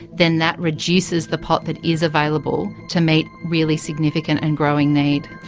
then that reduces the pot that is available to meet really significant and growing need.